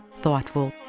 thoughtful,